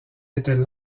étaient